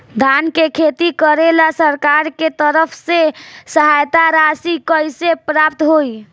धान के खेती करेला सरकार के तरफ से सहायता राशि कइसे प्राप्त होइ?